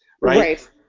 right